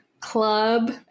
Club